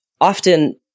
often